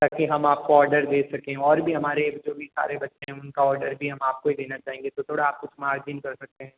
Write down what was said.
ताकि हम आपको ऑर्डर दे सकें और भी हमारे जो भी सारे बच्चे हैं उनका भी ऑर्डर हम आपको ही देना चाहेंगे तो थोड़ा आप मार्जिन कर सकते हैं